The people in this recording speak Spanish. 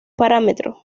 parámetro